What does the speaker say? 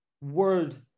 world